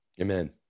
Amen